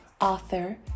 author